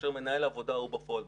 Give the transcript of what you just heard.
כאשר מנהל העבודה הוא בפועל בשטח.